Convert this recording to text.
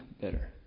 better